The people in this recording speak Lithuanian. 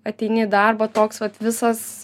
ateini į darbą toks vat visas